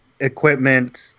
equipment